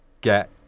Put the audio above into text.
get